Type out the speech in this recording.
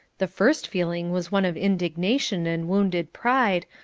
the first feeling was one of indignation and wounded pride,